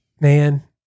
man